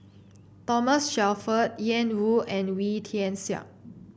Thomas Shelford Ian Woo and Wee Tian Siak